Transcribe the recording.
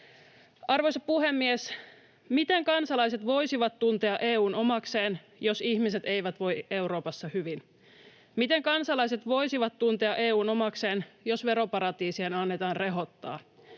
Arvoisa puhemies! Miten kansalaiset voisivat tuntea EU:n omakseen, jos ihmiset eivät voi Euroopassa hyvin? Miten kansalaiset voisivat tuntea EU:n omakseen, jos veroparatiisien annetaan rehottaa?